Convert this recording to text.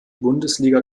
bundesliga